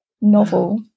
novel